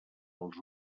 als